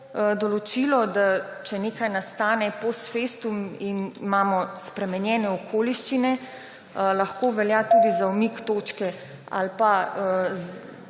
določilo, da če nekaj nastane post festum in imamo spremenjene okoliščine, lahko velja tudi za umik točke ali za